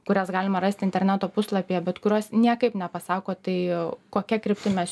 kurias galima rasti interneto puslapyje bet kurios niekaip nepasako tai kokia kryptim mes